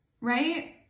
right